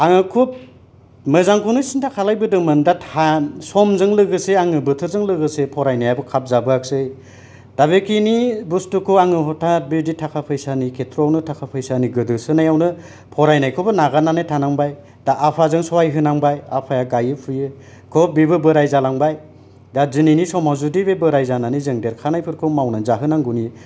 आङो खुब मोजांखौनो सिन्था खालामबोदोंमोन दा समजों लोगोसे आङो बोथोरजों लोगोसे फरायनायाबो खाब जाबोआखिसै दा बेखिनि बुस्तुखौ आङो हथात बिदि थाखा फैसानि खेथ्रआवनो थाखा फैसानि गोदोसोनायावनो फरायनायखौबो नागारनानै थानांबाय दा आफाजों सहाय होनांबाय आफाया गायो फुयो खुब बिबो बोराइ जालांबाय दा दिनैनि समावजों जुदि बे बोराइ जालांनाय देरखानायफोरखौ मावनानै जाहोनांगौनि